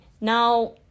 Now